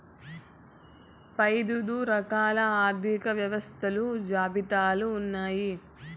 పదైదు రకాల ఆర్థిక వ్యవస్థలు జాబితాలు ఉన్నాయి